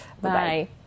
Bye